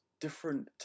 different